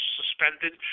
suspended